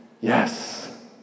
Yes